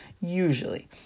usually